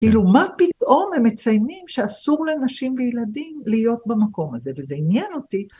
כאילו מה פתאום הם מציינים שאסור לנשים וילדים להיות במקום הזה, וזה עניין אותי